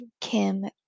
kim